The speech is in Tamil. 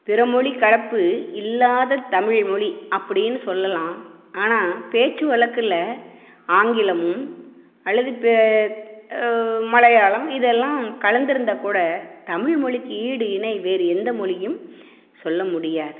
பிறமொழி கலப்பு இல்லாத தமிழ்மொழி அப்படின்னு சொல்லலாம் ஆனால் பேச்சு வழக்கில் ஆங்கிலமும் அல்லது பெ மலையாளம் இதெல்லாம் கலந்திருந்தால் கூட தமிழ்மொழிக்கு ஈடு இணை வேறு எந்த மொழியும் சொல்லமுடியாது